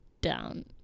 down